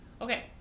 Okay